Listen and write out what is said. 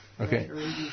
Okay